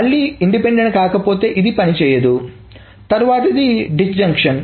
మళ్ళీ ఇండిపెండెంట్ కాకపోతే ఇది పని చేయదు తరువాతిది డిష్జంక్షన్